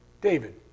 David